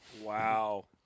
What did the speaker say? Wow